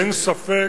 אין ספק